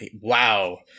wow